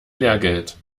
lehrgeld